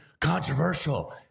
controversial